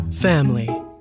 Family